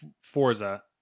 Forza